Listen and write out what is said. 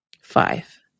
five